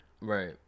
right